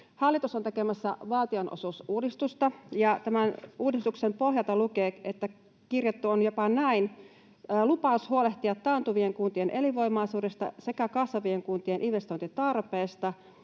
Hallitus on tekemässä valtionosuusuudistusta, ja tämän uudistuksen pohjalta lukee, että... On kirjattu jopa näin: lupaus huolehtia taantuvien kuntien elinvoimaisuudesta sekä kasvavien kuntien investointitarpeesta.